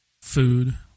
Food